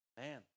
Man